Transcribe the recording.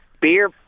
beer